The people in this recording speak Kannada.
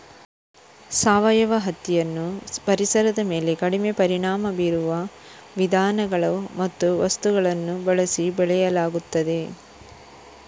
ಸಾವಯವ ಹತ್ತಿಯನ್ನು ಪರಿಸರದ ಮೇಲೆ ಕಡಿಮೆ ಪರಿಣಾಮ ಬೀರುವ ವಿಧಾನಗಳು ಮತ್ತು ವಸ್ತುಗಳನ್ನು ಬಳಸಿ ಬೆಳೆಯಲಾಗುತ್ತದೆ